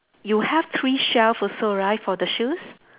you have three shelve also right for the shoes